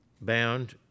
bound